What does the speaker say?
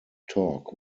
talk